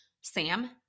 Sam